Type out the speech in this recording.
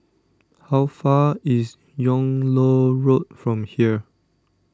how far is Yung Loh Road from here